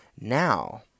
Now